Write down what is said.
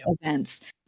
events